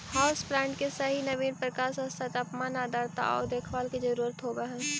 house plant के सही नवीन प्रकाश स्तर तापमान आर्द्रता आउ देखभाल के जरूरत होब हई